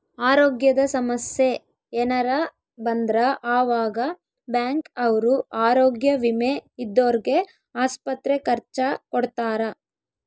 ಅರೋಗ್ಯದ ಸಮಸ್ಸೆ ಯೆನರ ಬಂದ್ರ ಆವಾಗ ಬ್ಯಾಂಕ್ ಅವ್ರು ಆರೋಗ್ಯ ವಿಮೆ ಇದ್ದೊರ್ಗೆ ಆಸ್ಪತ್ರೆ ಖರ್ಚ ಕೊಡ್ತಾರ